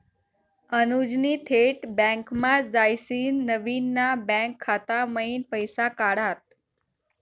अनुजनी थेट बँकमा जायसीन नवीन ना बँक खाता मयीन पैसा काढात